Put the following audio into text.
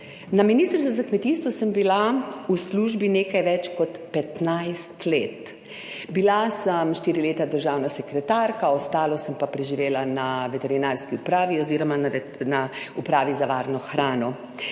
na Ministrstvu za kmetijstvo sem bila v službi nekaj več kot 15 let, bila sem štiri leta državna sekretarka, ostalo sem pa preživela na veterinarski upravi oz. na Upravi za varno hrano.